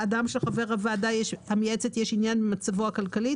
אדם שלחבר הוועדה המייעצת יש ענין במצבו הכלכלי.